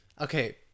okay